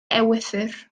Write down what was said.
ewythr